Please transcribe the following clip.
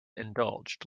indulged